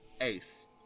Ace